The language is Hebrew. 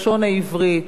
ובואו נחשוב: